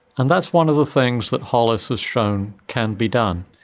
and that's one of the things that hollis has shown can be done.